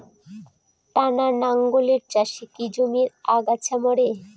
টানা লাঙ্গলের চাষে কি জমির আগাছা মরে?